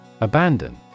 Abandon